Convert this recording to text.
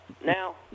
now